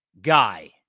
guy